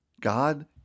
God